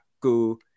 go